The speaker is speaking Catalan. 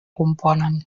componen